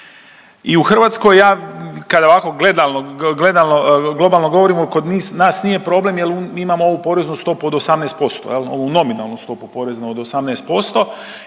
I u Hrvatskoj ja kada ovako gledamo, globalno govorimo, kod nas nije problem jel mi imamo ovu poreznu stopu od 18% jel, ovu nominalnu stopu poreza od 18%